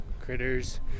critters